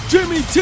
Jimmy